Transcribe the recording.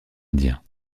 indiens